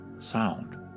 sound